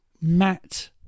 Matt